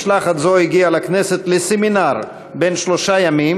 משלחת זו הגיעה לכנסת לסמינר בן שלושה ימים